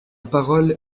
parole